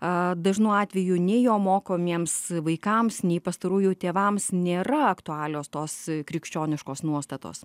a dažnu atveju nei jo mokomiems vaikams nei pastarųjų tėvams nėra aktualios tos krikščioniškos nuostatos